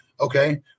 Okay